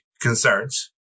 concerns